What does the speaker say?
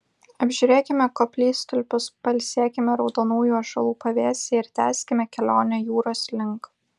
apžiūrėkime koplytstulpius pailsėkime raudonųjų ąžuolų pavėsyje ir tęskime kelionę jūros link